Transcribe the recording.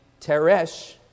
Teresh